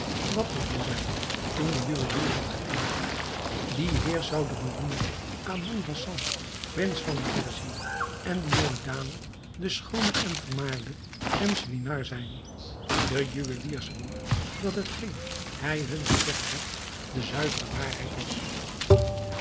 wat riepen zij toen de juwelier had geëindigd die heer zou de beroemde aboul hassan prins van perzië en die jonge dame de schoone en vermaarde schemselnihar zijn de juwelier zwoer dat hetgeen hij hun gezegd had de zuivere waarheid was